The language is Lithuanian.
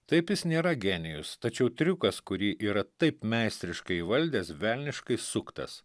taip jis nėra genijus tačiau triukas kurį yra taip meistriškai įvaldęs velniškai suktas